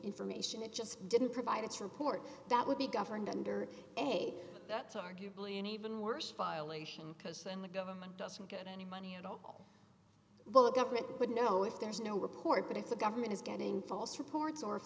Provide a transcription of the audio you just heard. information it just didn't provide its report that would be governed under a that's arguably an even worse violation because then the government doesn't get any money at all well the government would know if there's no report but if the government is getting false reports or